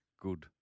good